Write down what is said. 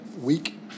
week